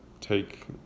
take